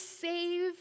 save